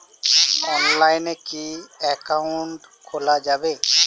অনলাইনে কি অ্যাকাউন্ট খোলা যাবে?